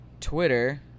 Twitter